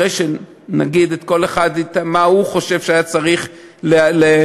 אחרי שכל אחד יגיד מה הוא חושב שהיה צריך לשנות,